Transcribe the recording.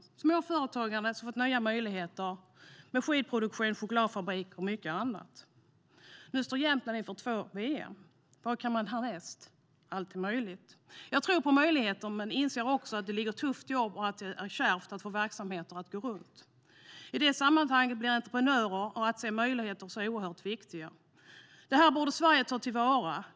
Och små företagare har fått nya möjligheter genom skidproduktion, chokladfabrik och mycket annat. Nu står Jämtland inför två VM. Vad kan man härnäst? Allt är möjligt. Jag tror på möjligheter, men inser också att det ligger hårt jobb bakom och att det är kärvt att få verksamheter att gå runt. I det sammanhanget blir entreprenörer och förmågan att se möjligheter oerhört viktiga. Det borde Sverige ta till vara.